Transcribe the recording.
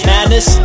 Madness